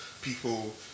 people